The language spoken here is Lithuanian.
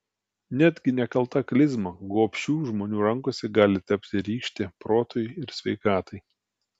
netgi nekalta klizma gobšių žmonių rankose gali tapti rykšte protui ir sveikatai